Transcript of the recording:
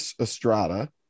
Estrada